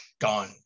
gone